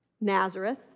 Nazareth